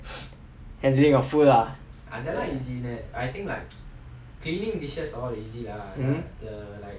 handling of food lah